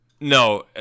No